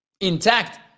intact